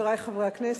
חברי חברי הכנסת,